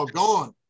gone